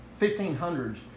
1500s